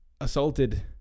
assaulted